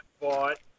bought